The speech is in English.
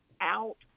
out